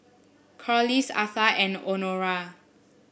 Corliss Atha and Honora